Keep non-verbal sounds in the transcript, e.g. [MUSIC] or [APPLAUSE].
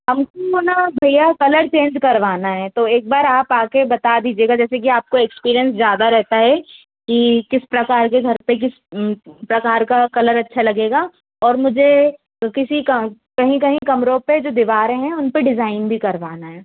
हम को [UNINTELLIGIBLE] भैया कलर चेंज करवाना हैं तो एक बार आप आ के बता दीजिएगा जैसे कि आपका एक्सपीरिएन्स ज़्यादा रहता है कि किस प्रकार के घर किस प्रकार का कलर अच्छा लगेगा और मुझे किसी का कहीं कहीं कमरों में जो दिवरें हैं उन पर डिजाइन भी करवाना है